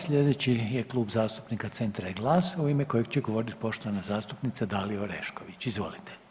Slijedeći je Klub zastupnika Centra i GLAS-a u ime kojeg će govorit poštovana zastupnica Dalija Orešković, izvolite.